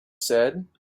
said